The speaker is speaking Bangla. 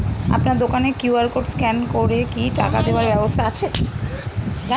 আপনার দোকানে কিউ.আর কোড স্ক্যান করে কি টাকা দেওয়ার ব্যবস্থা আছে?